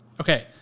Okay